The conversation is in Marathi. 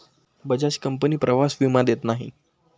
बजाज कंपनी प्रवास विमा देत नाही